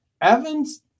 Evans